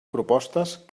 propostes